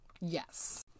Yes